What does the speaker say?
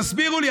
תסבירו לי.